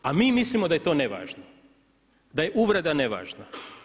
A mi mislimo da je to nevažno, da je uvreda nevažna.